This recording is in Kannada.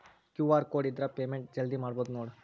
ಕ್ಯೂ.ಆರ್ ಕೋಡ್ ಇದ್ರ ಪೇಮೆಂಟ್ ಜಲ್ದಿ ಮಾಡಬಹುದು ನೋಡ್